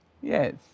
Yes